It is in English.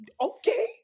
okay